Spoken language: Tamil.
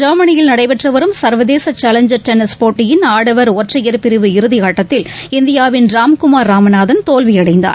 ஜெர்மனியில் நடைபெற்றுவரும் சர்வதேச்சேலஞ்சர் டென்னிஸ் போட்டியின் ஆடவர் ஒற்றையர் பிரிவு இறுதியாட்டத்தில் இந்தியாவின் ராம்குமார் ராமநாதன் தோல்வியடைந்தார்